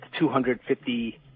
250